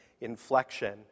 inflection